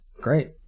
Great